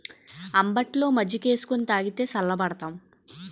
అంబట్లో మజ్జికేసుకొని తాగితే సల్లబడతాం